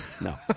No